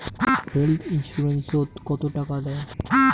Health insurance ওত কত টাকা দেয়?